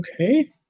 okay